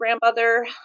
grandmother